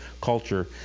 culture